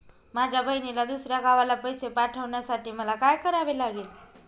माझ्या बहिणीला दुसऱ्या गावाला पैसे पाठवण्यासाठी मला काय करावे लागेल?